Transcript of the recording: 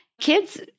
kids